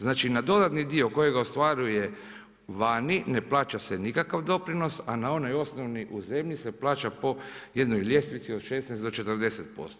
Znači, na dodatni dio kojega ostvaruje vani ne plaća se nikakav doprinos, a na onaj osnovni u zemlji se plaća po jednoj ljestvici od 16 do 40%